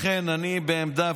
לכן אני בעמדה,